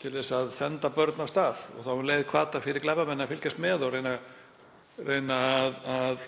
til að senda börn af stað og þá um leið hvata fyrir glæpamenn til að fylgjast með og reyna að